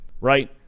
right